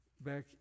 back